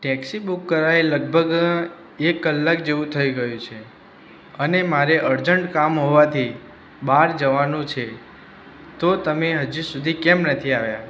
taxi book કરાવ્યે લગભગ એક કલાક જેવું થઇ ગયું છે અને મારે અર્જન્ટ કામ હોવાથી બહાર જવાનું છે તો તમે હજી સુધી કેમ નથી આવ્યા